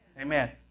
Amen